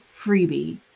freebie